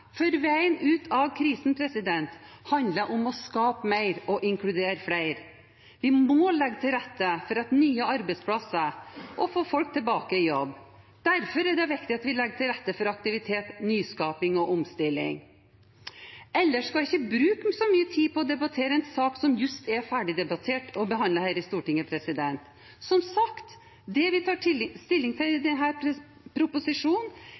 for veien ut av krisen handler om å skape mer og inkludere flere. Vi må legge til rette for nye arbeidsplasser og å få folk tilbake i jobb. Derfor er det viktig at vi legger til rette for aktivitet, nyskaping og omstilling. Ellers skal jeg ikke bruke så mye tid på å debattere en sak som just er ferdig debattert og behandlet her i Stortinget. Som sagt: Det vi tar stilling til i denne proposisjonen,